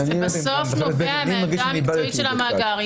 זה בסוף נובע מהעמדה המקצועית של המאגר,